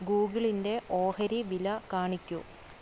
ഗൂഗിളിൻ്റെ ഓഹരി വില കാണിക്കൂ